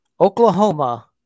Oklahoma